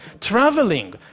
traveling